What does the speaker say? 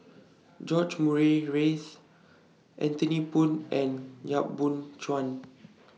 George Murray Reith Anthony Poon and Yap Boon Chuan